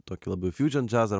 tokį labai fusion džiazą